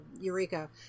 eureka